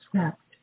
accept